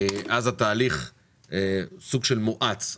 אז התהליך סוג של מואץ.